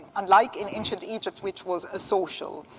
and like in ancient egypt, which was a social,